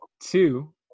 two